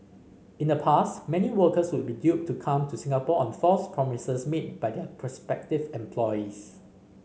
in the past many workers would be duped to come to Singapore on false promises made by their prospective employees